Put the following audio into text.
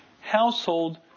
household